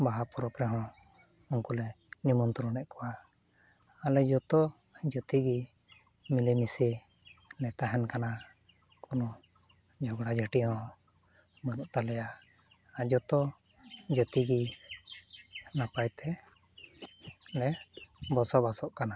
ᱵᱟᱦᱟ ᱯᱚᱨᱚᱵᱽ ᱨᱮᱦᱚᱸ ᱩᱱᱠᱩᱞᱮ ᱱᱮᱢᱚᱱᱛᱨᱚᱱᱮᱫ ᱠᱚᱣᱟ ᱟᱞᱮ ᱡᱚᱛᱚ ᱡᱟᱹᱛᱤᱜᱮ ᱢᱤᱞᱮᱢᱤᱥᱮ ᱞᱮ ᱛᱟᱦᱮᱱ ᱠᱟᱱᱟ ᱠᱳᱱᱳ ᱡᱷᱚᱜᱽᱲᱟ ᱡᱷᱟᱹᱴᱤ ᱦᱚᱸ ᱵᱟᱹᱱᱩᱜ ᱛᱟᱞᱮᱭᱟ ᱟᱨ ᱡᱚᱛᱚ ᱡᱟᱹᱛᱤᱜᱮ ᱱᱟᱯᱟᱭ ᱛᱮᱞᱮ ᱵᱚᱥᱚᱵᱟᱥᱚᱜ ᱠᱟᱱᱟ